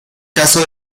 caso